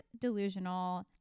delusional